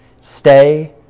Stay